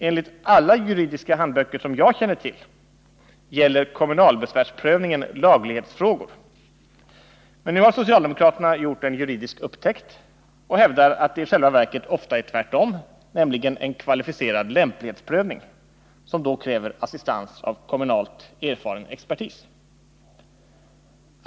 Enligt alla juridiska handböcker som jag känner till gäller kommunalbesvärsprövningen laglighetsfrågor, men nu har socialdemokraterna gjort en juridisk upptäckt och hävdar att det i själva verket ofta är tvärtom, nämligen en kvalificerad lämplighetsprövning, som då kräver assistans av kommunalt erfaren expertis.